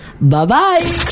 Bye-bye